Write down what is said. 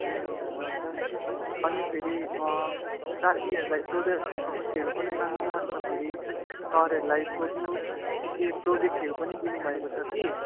ए हुन्छ हुन्छ अनि फेरि साथीहरूलाई सोधेर नोट्सहरू पनि माग्नु अन्त फेरि सरहरूलाई सोध्नु के के प्रोजेक्टहरू पनि दिनुभएको छ कि